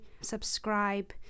subscribe